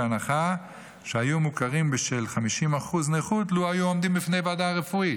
שההנחה שהיו מוכרים בשל 50% נכות לו היו עומדים בפני ועדה רפואית.